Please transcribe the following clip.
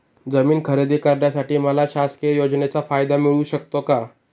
जमीन खरेदी करण्यासाठी मला शासकीय योजनेचा फायदा मिळू शकतो का?